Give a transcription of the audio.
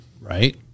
right